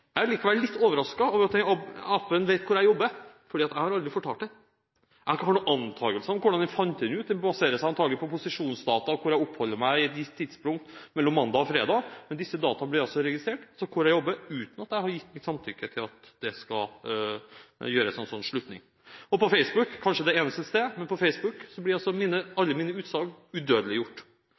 Jeg er likevel litt overrasket over at den app-en vet hvor jeg jobber, for jeg har aldri fortalt det. Jeg kan ha noen antakelser om hvordan den fant det ut – den baserer seg antakelig på posisjonsdata og på hvor jeg oppholder meg i et gitt tidspunkt mellom mandag og fredag. Men disse dataene blir altså registrert, altså hvor jeg jobber, uten at jeg har gitt mitt samtykke til at det gjøres en slik slutning. På Facebook, kanskje det eneste stedet, blir altså alle mine utsagn udødeliggjort. Alle